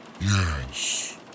Yes